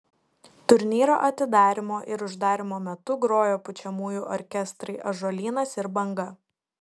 turnyro atidarymo ir uždarymo metu grojo pučiamųjų orkestrai ąžuolynas ir banga